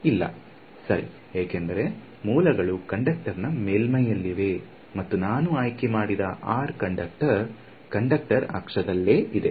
ಇಲ್ಲ ಸರಿ ಏಕೆಂದರೆ ಮೂಲಗಳು ಕಂಡಕ್ಟರ್ನ ಮೇಲ್ಮೈಯಲ್ಲಿವೆ ಮತ್ತು ನಾನು ಆಯ್ಕೆ ಮಾಡಿದ r ಕಂಡಕ್ಟರ್ ಕಂಡಕ್ಟರ್ ಅಕ್ಷದಲ್ಲೇ ಇದೆ